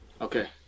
Okay